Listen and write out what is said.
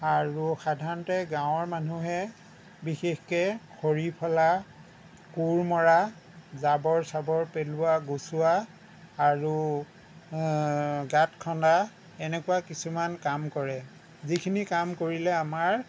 আৰু সাধাৰণতে গাঁৱৰ মানুহে বিশেষকৈ খৰি ফলা কোৰ মৰা জাবৰ চাবৰ পেলোৱা গুচোৱা আৰু গাঁত খন্দা এনেকুৱা কিছুমান কাম কৰে যিখিনি কাম কৰিলে আমাৰ